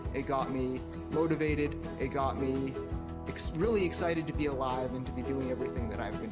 it got me motivated. it got me really excited to be alive and to be doing everything that i've